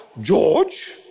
George